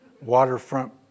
waterfront